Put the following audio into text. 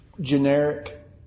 generic